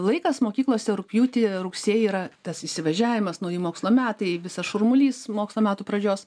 laikas mokyklose rugpjūtį rugsėjį yra tas įsivažiavimas nauji mokslo metai visas šurmulys mokslo metų pradžios